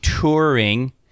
touring